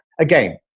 again